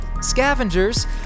scavengers